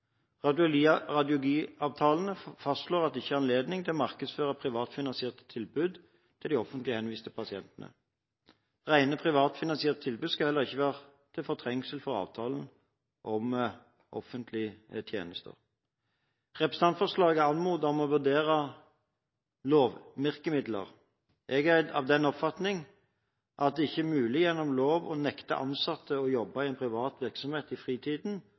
fastslår at det ikke er anledning til å markedsføre privatfinansierte tilbud til de offentlig henviste pasientene. Rene privatfinansierte tilbud skal heller ikke være til fortrengsel for avtalen om offentlige tjenester. Representantforslaget anmoder om å vurdere lovvirkemidler. Jeg er av den oppfatning at det ikke er mulig gjennom lov å nekte ansatte å jobbe i en privat virksomhet i fritiden,